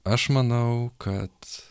aš manau kad